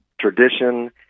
tradition